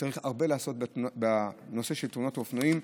צריך לעשות הרבה בנושא של תאונות האופנועים.